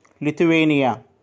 Lithuania